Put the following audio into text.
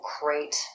great